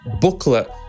booklet